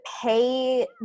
pay